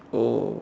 oh